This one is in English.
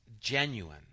genuine